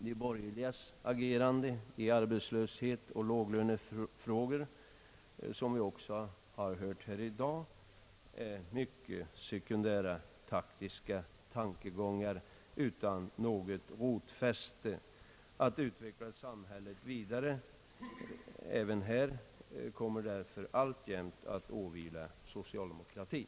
De borgerligas agerande i arbetslöshetsoch låglönefrågor, som vi också hört i dag, röjer mycket sekundära, taktiska tankegångar utan någoi rotfäste. Att utveckla samhället vidare även här kommer därför alltjämt att åvila socialdemokratin.